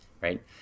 right